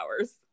hours